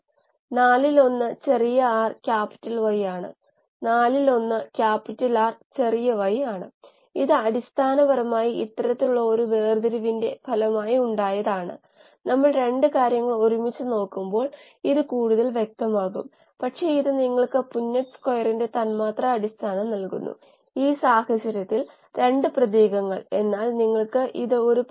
അതിനാൽ ടാങ്ക് വ്യാസം ഉപയോഗിച്ച് സാധാരണവൽക്കരിച്ച നാല് മാനദണ്ഡങ്ങൾ ഉണ്ട് കൂടാതെ ഇംപെല്ലർ വ്യാസം അടിസ്ഥാനമാക്കിയുള്ള 2 എണ്ണം ഉണ്ട് അതിനാൽ ഈ രണ്ട് കാര്യങ്ങളും ഒരേപോലെ നിലനിർത്തുന്നിടത്തോളം കാലം ഇവ തിരഞ്ഞെടുക്കപ്പെടുന്നു ചെറിയ തോതിലും വലിയ തോതിലും നമുക്ക് ജ്യാമിതീയ സമാനത ഉണ്ടായിരിക്കും